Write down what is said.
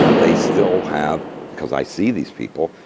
ah they still have, because i see these people,